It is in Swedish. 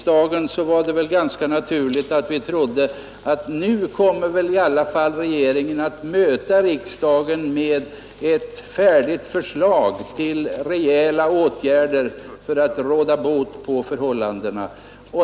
Det var därför naturligt att vi trodde att regeringen skulle möta höstriksdagen med ett färdigt förslag till rejäla åtgärder för att råda bot på problemen.